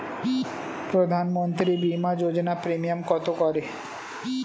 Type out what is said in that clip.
প্রধানমন্ত্রী বিমা যোজনা প্রিমিয়াম কত করে?